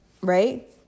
right